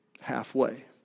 halfway